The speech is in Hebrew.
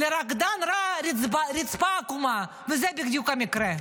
לרקדן רע הרצפה עקומה, וזה בדיוק המקרה.